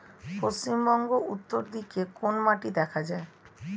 পশ্চিমবঙ্গ উত্তর দিকে কোন মাটি দেখা যায়?